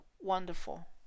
wonderful